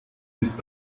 ist